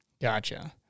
Gotcha